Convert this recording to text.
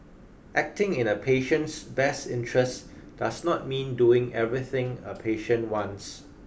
acting in a patient's best interests does not mean doing everything a patient wants